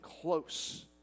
close